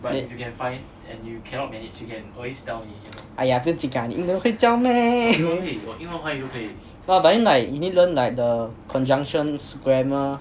wait 哎呀不用紧啦你英文会教咩 yeah but then like you need learn like the conjunctions grammar